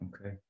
Okay